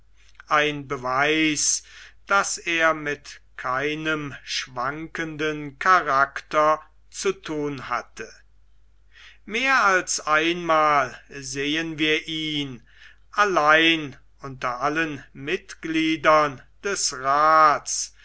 ein beweis daß er mit keinem schwankenden charakter zu thun hatte mehr als einmal sehen wir ihn allein unter allen mitgliedern des raths